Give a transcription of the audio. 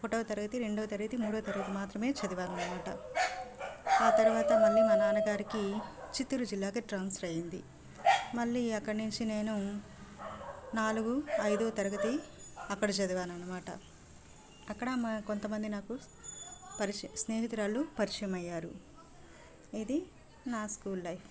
ఒకటవ తరగతి రెండవ తరగతి మూడవ తరగతి మాత్రమే చదివాను అన్నమాట ఆ తర్వాత మళ్ళీ మా నాన్నగారికి చిత్తూరు జిల్లాకు ట్రాన్స్ఫర్ అయ్యింది మళ్ళీ అక్కడ నుంచి నేను నాలుగు ఐదవ తరగతి అక్కడ చదివాను అన్నమాట అక్కడ కొంతమంది నాకు పరిచయ స్నేహితురాలు పరిచమయ్యారు ఇది నా స్కూల్ లైఫ్